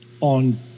on